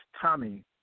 Tommy